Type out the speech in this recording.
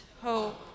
hope